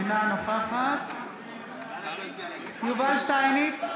אינה נוכחת יובל שטייניץ,